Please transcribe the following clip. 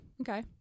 okay